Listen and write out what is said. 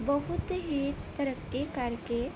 ਬਹੁਤ ਹੀ ਤਰੱਕੀ ਕਰਕੇ